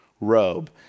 robe